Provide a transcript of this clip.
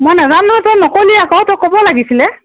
মই নেজানো নহয় তই নক'লি আকৌ তই ক'ব লাগিছিলে